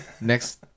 next